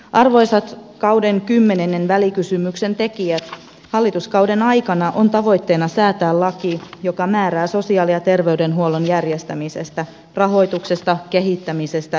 arvoisat kauden kymmenennen välikysymyksen tekijät hallituskauden aikana on tavoitteena säätää laki joka määrää sosiaali ja terveydenhuollon järjestämisestä rahoituksesta kehittämisestä ja valvonnasta